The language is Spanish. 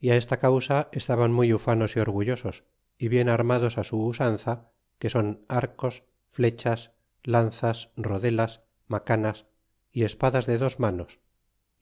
y esta causa estaban muy ufanos y orgullosos y bien armados a su usanza que son arcos flechas lanzas rodelas macanas y espadas de dos manos